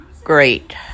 Great